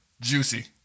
Juicy